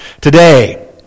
today